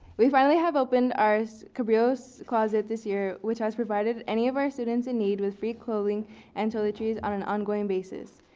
we finally have opened our so cabrillo's closet this year which has provided many of our students in need with free clothing and toiletries on an ongoing basis.